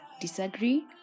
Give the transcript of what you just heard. disagree